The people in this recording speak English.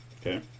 Okay